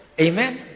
Amen